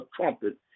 trumpet